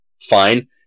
Fine